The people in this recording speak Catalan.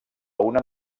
una